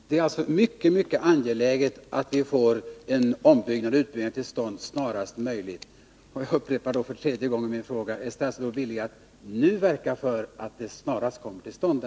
Det är mycket angeläget att vi snarast möjligt får till stånd en utbyggnad. Jag upprepar därför för tredje gången min fråga: Är statsrådet villig att nu verka för att denna utbyggnad snarast kommer till stånd?